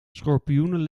schorpioenen